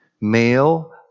Male